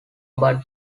but